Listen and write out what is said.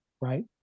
right